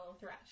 Thresh